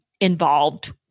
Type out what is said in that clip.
involved